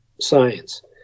science